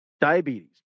diabetes